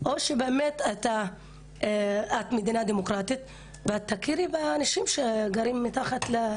או שזאת באמת מדינה דמוקרטית והיא תכיר באנשים שגרים תחתיה.